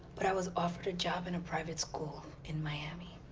but i was offered a job in a private school. in miami.